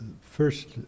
first